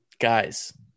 guys